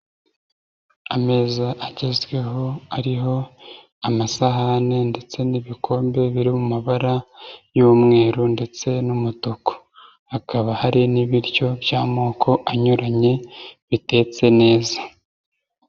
Ameza agezweho ariho amasahani ndetse n'ibikombe biri mu mabara y'umweru ndetse n'umutuku, hakaba hari n'ibiryo by'amoko anyuranye bitetse neza.